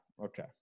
okay